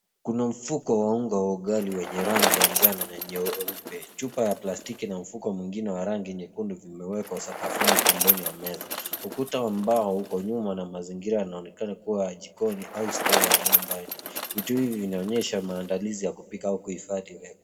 Kuna mfuko wa unga wa ugali wenye rangi ya njano na nyeupe. Chupa ya plastiki na mfuko mwingine wa rangi nyekundu vimewekwa sakafuni pembeni ya meza. Ukuta wa mbao uko nyuma na mazingira yanaonekana kuwa ya jikoni au stoo ya nyumbani. Vitu hivi vinaonyesha maandalizi ya kupika au kuhifadhi.